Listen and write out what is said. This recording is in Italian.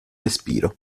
respiro